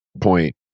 point